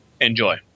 Enjoy